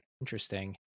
Interesting